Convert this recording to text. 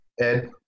Ed